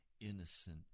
innocent